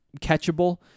catchable